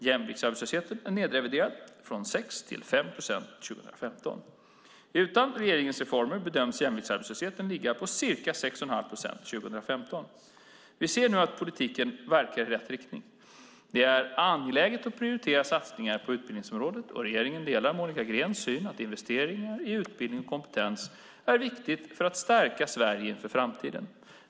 Jämviktsarbetslösheten är nedreviderad från 6 procent till ca 5 procent 2015. Utan regeringens reformer bedöms jämviktsarbetslösheten ligga på ca 6,5 procent 2015. Vi ser nu att politiken verkar i rätt riktning. Det är angeläget att prioritera satsningar på utbildningsområdet och regeringen delar Monica Greens syn att investeringar i utbildning och kompetens är viktigt för att stärka Sverige inför framtiden.